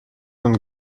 und